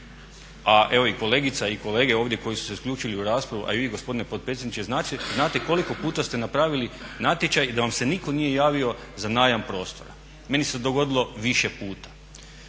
A evo i kolegica i kolege ovdje koji su se uključili u raspravu, a i vi gospodine potpredsjedniče znate koliko puta ste napravili natječaj i da vam se nitko nije javio za najam prostora. Meni se dogodilo više puta.